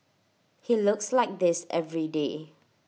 he looks like this every day